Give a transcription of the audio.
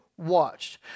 Watched